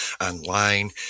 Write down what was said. online